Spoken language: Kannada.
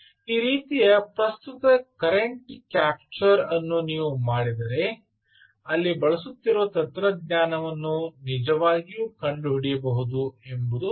ಈ ರೀತಿಯ ಪ್ರಸ್ತುತ ಕರೆಂಟ್ ಕ್ಯಾಪ್ಚರ್ ಅನ್ನು ನೀವು ಮಾಡಿದರೆ ಅಲ್ಲಿ ಬಳಸುತ್ತಿರುವ ತಂತ್ರಜ್ಞಾನವನ್ನು ನಿಜವಾಗಿಯೂ ಕಂಡುಹಿಡಿಯಬಹುದು ಎಂಬ ಸ್ಪಷ್ಟ